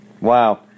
Wow